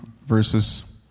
verses